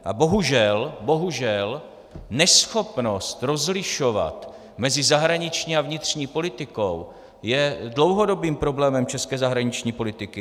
A bohužel, bohužel, neschopnost rozlišovat mezi zahraniční a vnitřní politikou je dlouhodobým problémem české zahraniční politiky.